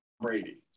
Brady